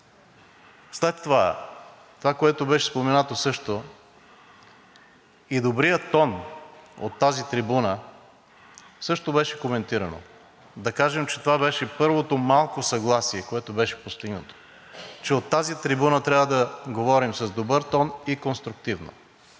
След това – това, което беше споменато също, и добрият тон от тази трибуна, също беше коментирано. Да кажем, че това беше първото малко съгласие, което беше постигнато, че от тази трибуна трябва да говорим с добър тон и конструктивно.